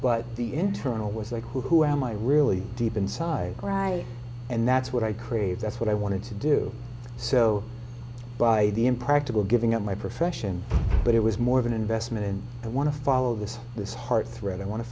but the internal was like who am i really deep inside or i and that's what i crave that's what i wanted to do so by the impractical giving up my profession but it was more of an investment in i want to follow this this heart thread i want to